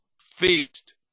feast